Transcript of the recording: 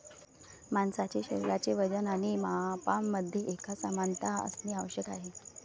माणसाचे शरीराचे वजन आणि मापांमध्ये एकसमानता असणे आवश्यक आहे